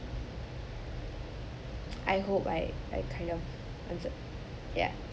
I hope I I kind of answered ya